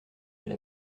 elle